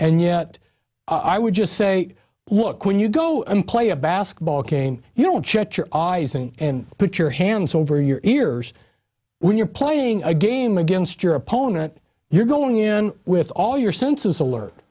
and yet i would just say look when you go and play a basketball game you don't shut your eyes and put your hands over your ears when you're playing a game against your opponent you're going in with all your senses alert